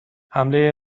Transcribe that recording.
حمله